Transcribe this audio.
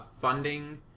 funding